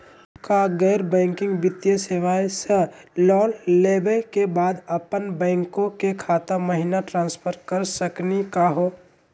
का गैर बैंकिंग वित्तीय सेवाएं स लोन लेवै के बाद अपन बैंको के खाता महिना ट्रांसफर कर सकनी का हो?